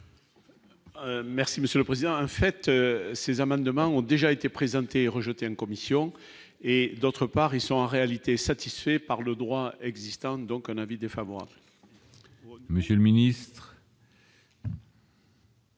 monsieur le président a fait ces amendements ont déjà été présentées rejeté une commission, et d'autre part, ils sont en réalité satisfait par le droit existant, donc un avis défavorable. Monsieur le ministre.